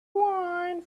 wine